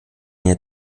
nie